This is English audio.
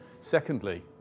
Secondly